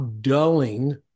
dulling